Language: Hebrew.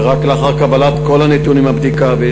ורק לאחר קבלת כל נתוני הבדיקה,